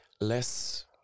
less